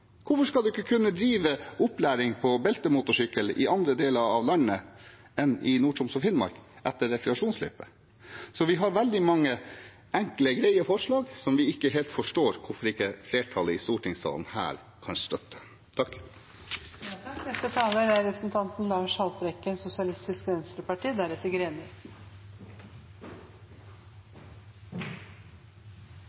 Hvorfor skal man ikke kunne drive opplæring på beltemotorsykkel i andre deler av landet enn i Nord-Troms og Finnmark etter rekreasjonsløyper? Vi har veldig mange enkle, greie forslag som vi ikke helt forstår hvorfor ikke flertallet i stortingssalen kan støtte.